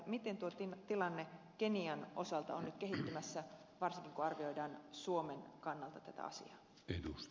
miten tuo tilanne kenian osalta on nyt kehittymässä varsinkin kun arvioidaan suomen kannalta tätä asiaa